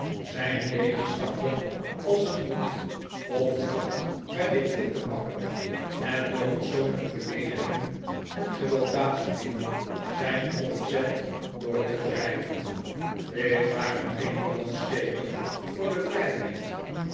zijn tegenstander als een hond of rat bij de keel te pakken en door persoonlijke beleedigingen en gewelddadigheden zijn opzet door te drijven dit waren geen doodsteken voor de vrijheid